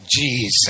Jesus